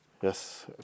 Yes